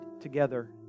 together